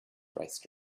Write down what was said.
raced